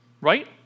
right